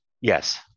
Yes